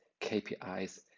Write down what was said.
KPIs